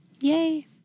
Yay